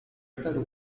otarł